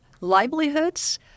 livelihoods